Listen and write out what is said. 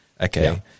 Okay